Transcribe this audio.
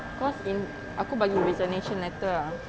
cause in aku bagi resignation letter ah